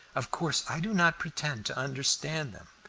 of course i do not pretend to understand them,